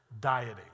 dieting